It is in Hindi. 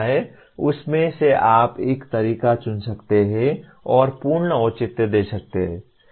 उसमें से आप एक तरीका चुन सकते हैं और इसके साथ पूर्ण औचित्य दे सकते हैं